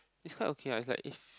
it's quite okay [what] it's like if